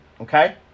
okay